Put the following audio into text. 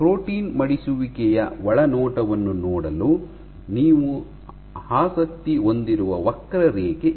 protein ಮಡಿಸುವಿಕೆಯ ಒಳನೋಟವನ್ನು ಪಡೆಯಲು ನೀವು ಆಸಕ್ತಿ ಹೊಂದಿರುವ ವಕ್ರರೇಖೆ ಇದು